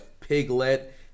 Piglet